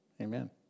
Amen